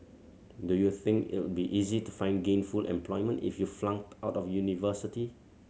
do you think it'll be easy to find gainful employment if you flunked out of university